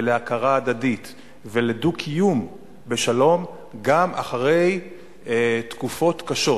להכרה הדדית ולדו-קיום בשלום גם אחרי תקופות קשות.